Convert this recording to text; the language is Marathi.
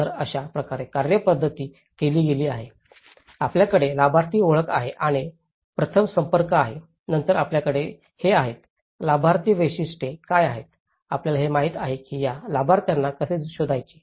तर अशा प्रकारे कार्यपद्धती केली गेली आहे आपल्याकडे लाभार्थ्यांची ओळख आहे आणि प्रथम संपर्क आहेत नंतर आपल्याकडे हे आहेत लाभार्थ्यांची वैशिष्ट्ये काय आहेत आपल्याला हे माहित आहे की या लाभार्थ्यांना कसे शोधायचे